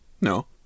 No